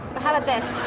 how about this?